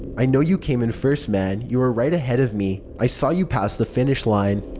i know you came in first, man. you were right ahead of me. i saw you pass the finish line.